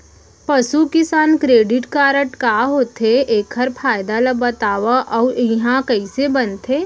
पसु किसान credit card का होथे, एखर फायदा ला बतावव अऊ एहा कइसे बनथे?